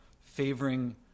favoring